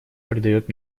придает